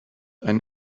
einen